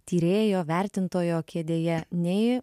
tyrėjo vertintojo kėdėje nei